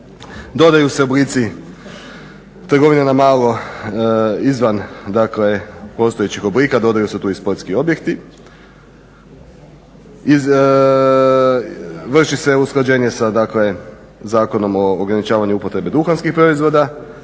Dodaju se oblici trgovina na malo izvan dakle postojećih oblika, dodaju se tu i sportski objekti, vrši se usklađenje dakle sa Zakonom o ograničavanju upotrebe duhanskih proizvoda,